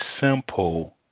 simple